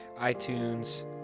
iTunes